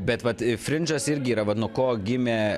bet vat ir fričas irgi yra nuo ko gimė